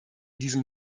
diesem